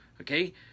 okay